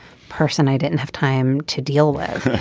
person i didn't have time to deal with.